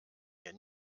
mir